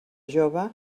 jove